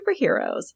superheroes